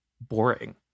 boring